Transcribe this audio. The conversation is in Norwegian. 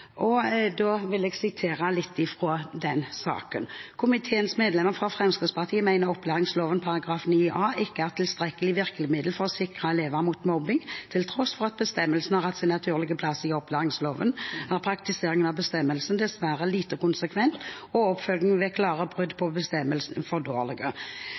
Jeg vil sitere litt fra den saken: «Komiteens medlemmer fra Fremskrittspartiet mener opplæringsloven § 9-A ikke er et tilstrekkelig virkemiddel for å sikre elever mot mobbing. Til tross for at bestemmelsen har hatt sin naturlige plass i opplæringsloven, er praktiseringen av bestemmelsen dessverre lite konsekvent og oppfølgingen ved klare brudd på bestemmelsen for